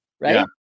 right